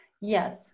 Yes